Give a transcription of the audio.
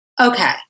Okay